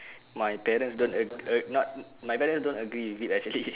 my parents don't ag~ ag~ not my parents don't agree with it actually